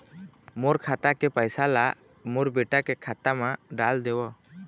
मोर खाता के पैसा ला मोर बेटा के खाता मा डाल देव?